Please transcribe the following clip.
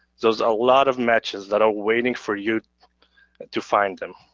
those are a lot of matches that are waiting for you to find them.